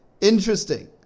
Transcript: interesting